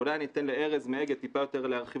ואולי אני אתן לארז מאגד טיפה יותר להרחיב